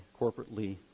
corporately